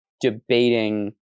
debating